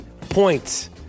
points